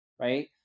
right